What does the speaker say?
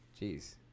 Jeez